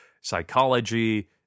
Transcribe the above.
psychology